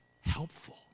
helpful